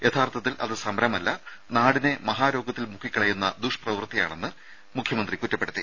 യഥാർത്ഥത്തിൽ അത് സമരമല്ല നാടിനെ മഹാരോഗത്തിൽ മുക്കിക്കളയുന്ന ദുഷ്ടപ്രവൃത്തിയാണെന്ന് മുഖ്യമന്ത്രി കുറ്റപ്പെടുത്തി